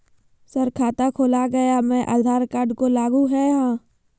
Sir खाता खोला गया मैं आधार कार्ड को लागू है हां?